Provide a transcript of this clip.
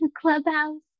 Clubhouse